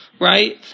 Right